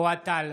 אוהד טל,